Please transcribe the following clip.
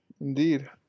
indeed